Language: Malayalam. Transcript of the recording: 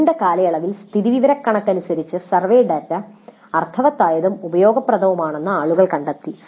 ഒരു നീണ്ട കാലയളവിൽ സ്ഥിതിവിവരക്കണക്കനുസരിച്ച് സർവേ ഡാറ്റ അർത്ഥവത്തായതും ഉപയോഗപ്രദവുമാണെന്ന് ആളുകൾ കണ്ടെത്തി